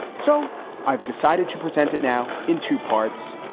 so i've decided to present it now in two parts.